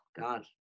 God